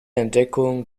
entdeckung